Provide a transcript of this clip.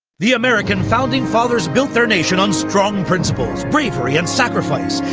the american founding fathers built their nation on strong principles, bravery and sacrifice,